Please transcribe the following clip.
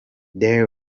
dyer